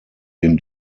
den